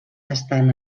estan